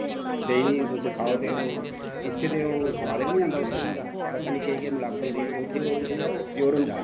देहीं तुस खाहो ते इत्थें ते सोआद गै नी आंदा उस देहीं दा पता नी केह् केह् मलाबट होंदी ऐ उत्तें प्योर होंदा